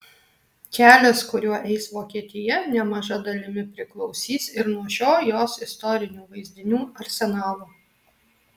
kelias kuriuo eis vokietija nemaža dalimi priklausys ir nuo šio jos istorinių vaizdinių arsenalo